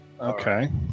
Okay